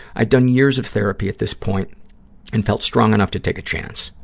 i'd done years of therapy at this point and felt strong enough to take a chance.